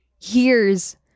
years